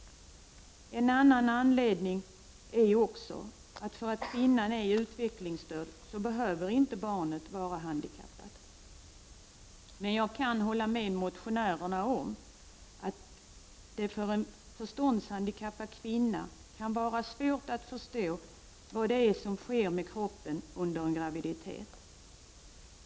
En annan anledning är också att barnet inte behöver vara handikappat därför att kvinnan är utvecklingsstörd. Jag kan hålla med motionärerna om att det för en förståndshandikappad kvinna kan vara svårt att förstå vad det är som sker med kroppen under en graviditet.